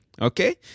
Okay